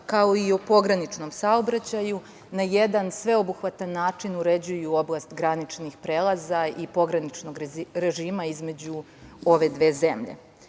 kao i o pograničnom saobraćaju, na jedan sveobuhvatan način uređuju oblast graničnih prelaza i pograničnog režima između ove dve zemlje. Uvek